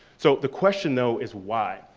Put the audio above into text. so the question, though, is why?